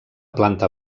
planta